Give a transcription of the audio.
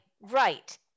right